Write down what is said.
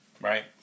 right